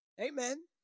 Amen